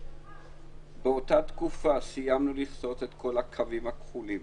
באותה תקופה סיימנו את שרטוט כל הקווים הכחולים,